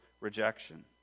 rejection